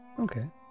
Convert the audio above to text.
Okay